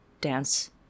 dance